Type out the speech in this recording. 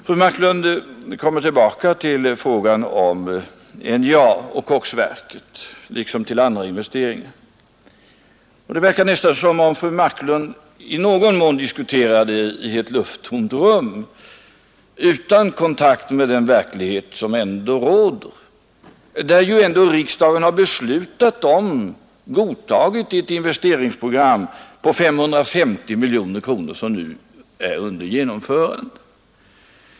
Fru Marklund kommer tillbaka till frågan om NJA och koksverket liksom till andra investeringar, och det verkar som om fru Marklund i någon mån diskuterade i ett lufttomt rum, utan kontakt med den verklighet som ändå råder. Riksdagen har ju godtagit ett investeringsprogram på 550 miljoner kronor som nu är under genomförande.